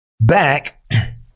back